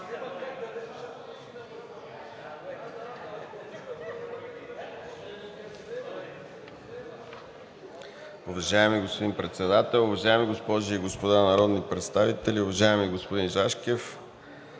Уважаеми господин Председател, уважаеми госпожи и господа народни представители! Уважаеми господин Зашкев,